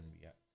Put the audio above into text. react